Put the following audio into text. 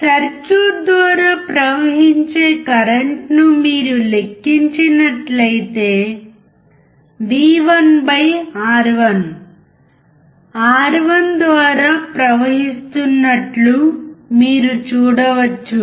circuit ద్వారా ప్రవహించే current ను మీరు లెక్కించినట్లయితే v1 R1 R1 ద్వారా ప్రవహిస్తున్నట్లు మీరు చూడవచ్చు